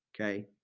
okay